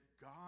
God